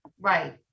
Right